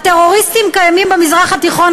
הטרוריסטים קיימים במזרח התיכון,